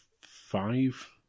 five